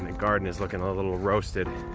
and garden is looking a little roasted.